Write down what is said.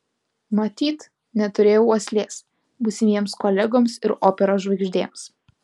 matyt neturėjau uoslės būsimiems kolegoms ir operos žvaigždėms